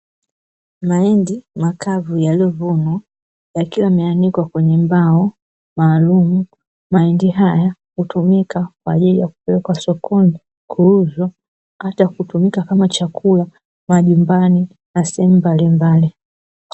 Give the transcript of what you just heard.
Mahindi makavu yaliyovunwa ya kilameanikwa kwenye mbao maalumu, mahindi haya hutumika kwa ajili ya kupelekwa sokoni kuhusu hata kutumika kama chakula majumbani na sehemu mbalimbali.